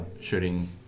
shooting